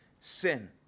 sin